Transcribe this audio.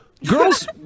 Girls